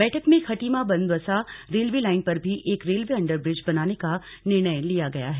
बैठक में Khatima Banbasa railway line पर भी एक रेलवे अंडर ब्रिज बनाने का निर्णय लिया गया है